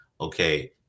okay